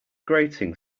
grating